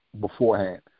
beforehand